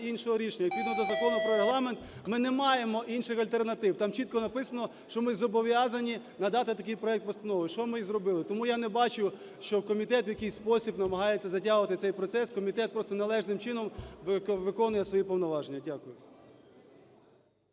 іншого рішення. Згідно до Закону про Регламент ми не маємо інших альтернатив. Там чітко написано, що ми зобов'язані надати тоді проект постанови, що ми і зробили. Тому я не бачу, що комітет в якийсь спосіб намагається затягувати цей процес. Комітет просто належним чином виконує свої повноваження. Дякую.